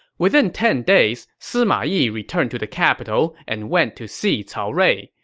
within ten days, sima yi returned to the capital and went to see cao rui.